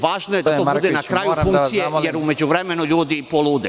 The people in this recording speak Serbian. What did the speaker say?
Važno je na kraju funkcije, jer u međuvremenu ljudi polude.